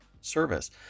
service